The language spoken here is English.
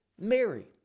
mary